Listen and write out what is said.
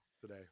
today